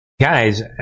guys